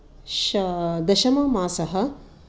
दशममासः